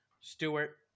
Stewart